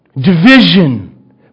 division